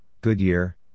Goodyear